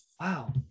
Wow